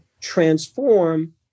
transform